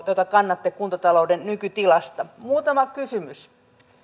jota kannatte kuntatalouden nykytilasta muutama kysymys